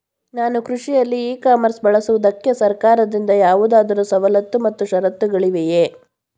ನಾನು ಕೃಷಿಯಲ್ಲಿ e commerce ಬಳಸುವುದಕ್ಕೆ ಸರ್ಕಾರದಿಂದ ಯಾವುದಾದರು ಸವಲತ್ತು ಮತ್ತು ಷರತ್ತುಗಳಿವೆಯೇ?